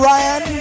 Ryan